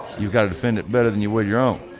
you've got to defend it better than you would your own,